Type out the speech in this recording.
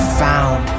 found